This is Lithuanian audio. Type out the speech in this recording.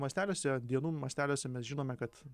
masteliuose dienų masteliuose mes žinome kad